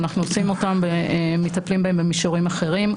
ואנחנו מטפלים בהן במישורים אחרים.